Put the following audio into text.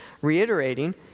reiterating